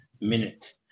Minute